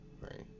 right